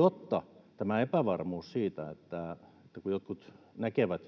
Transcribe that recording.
on tämä epävarmuus siitä, kun jotkut näkevät,